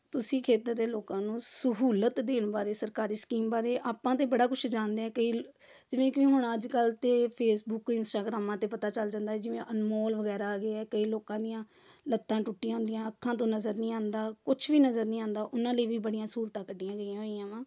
ਤੁਸੀਂ ਖੇਤਰ ਦੇ ਲੋਕਾਂ ਨੂੰ ਸਹੂਲਤ ਦੇਣ ਬਾਰੇ ਸਰਕਾਰੀ ਸਕੀਮ ਬਾਰੇ ਆਪਾਂ ਤਾਂ ਬੜਾ ਕੁਛ ਜਾਣਦੇ ਹਾਂ ਕਈ ਜਿਵੇਂ ਕਿ ਹੁਣ ਅੱਜ ਕੱਲ੍ਹ ਤਾਂ ਫੇਸਬੁਕ ਇੰਸਟਾਗ੍ਰਾਮਾਂ 'ਤੇ ਪਤਾ ਚੱਲ ਜਾਂਦਾ ਜਿਵੇਂ ਅਨਮੋਲ ਵਗੈਰਾ ਆ ਗਏ ਹੈ ਕਈ ਲੋਕਾਂ ਦੀਆਂ ਲੱਤਾਂ ਟੁੱਟੀਆਂ ਹੁੰਦੀਆਂ ਅੱਖਾਂ ਤੋਂ ਨਜ਼ਰ ਨਹੀਂ ਆਉਂਦਾ ਕੁਛ ਵੀ ਨਜ਼ਰ ਨਹੀਂ ਆਉਂਦਾ ਉਹਨਾਂ ਲਈ ਵੀ ਬੜੀਆਂ ਸਹੂਲਤਾਂ ਕੱਢੀਆਂ ਗਈਆਂ ਹੋਈਆਂ ਵਾ